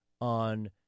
on